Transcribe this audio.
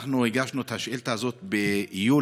אנחנו הגשנו את השאילתה הזאת ביולי,